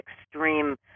extreme